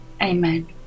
Amen